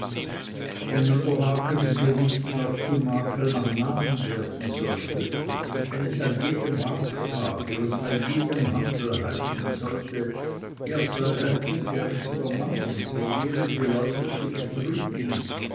wenn nun der makel im gewissen auch zum makel am namen werden sollte wenn es an jedem markttage und bei jedem handel heißen sollte er sei ein ungerechter mann und begehre die leute zu betrügen